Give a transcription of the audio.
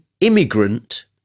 immigrant